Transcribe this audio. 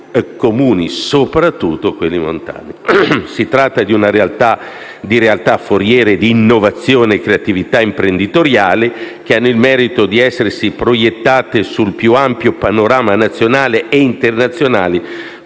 Comuni, soprattutto quelli montani. Si tratta di realtà foriere di innovazioni e creatività imprenditoriali che hanno il merito di essersi proiettate sul più ampio panorama nazionale e internazionale,